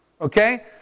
Okay